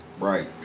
Right